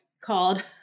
called